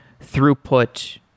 throughput